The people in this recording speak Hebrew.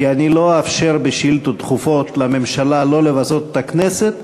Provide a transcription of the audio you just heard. כי לא אאפשר בשאילתות דחופות לממשלה לבזות את הכנסת,